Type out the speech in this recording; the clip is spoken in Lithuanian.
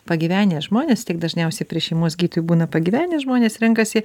pagyvenę žmonės tik dažniausiai prie šeimos gydytojų būna pagyvenę žmonės renkasi